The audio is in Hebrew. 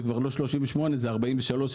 זה כבר לא 38 זה 43 שקלים,